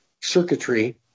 circuitry